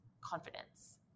confidence